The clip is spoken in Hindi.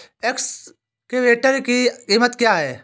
एक्सकेवेटर की कीमत क्या है?